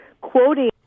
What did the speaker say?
quoting